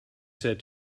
said